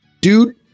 dude